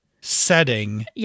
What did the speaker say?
setting